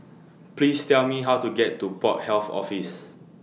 Please Tell Me How to get to Port Health Office